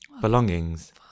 belongings